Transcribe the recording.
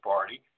Party